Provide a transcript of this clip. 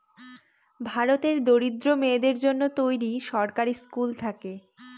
ভারতের দরিদ্র মেয়েদের জন্য তৈরী সরকারি স্কুল থাকে